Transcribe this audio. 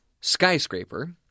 Skyscraper